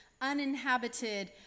uninhabited